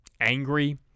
angry